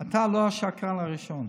אתה לא השקרן הראשון.